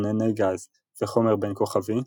ענני גז וחומר בין כוכבי,